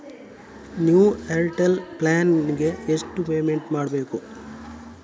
New Airtel plan ಗೆ ಎಷ್ಟು payment ಮಾಡ್ಬೇಕು?